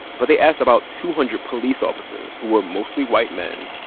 but they asked about two hundred police officers, who were mostly white men,